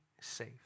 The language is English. safe